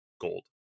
gold